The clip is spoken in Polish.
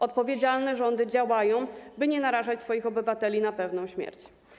Odpowiedzialne rządy działają, by nie narażać swoich obywateli na pewną śmierć.